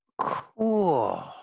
Cool